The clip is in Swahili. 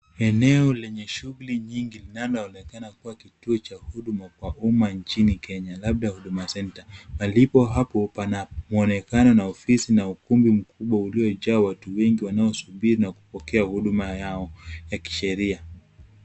Eneo lenye shughuli nyingi linaloonekana kuwa kituo cha huduma kwa umma nchini Kenya, labda Huduma Center, na lipo hapo pana muonekano na ofisi na ukumbi mkubwa uliojaa watu wengi wanaosubiri na kupokea huduma yao ya kisheria.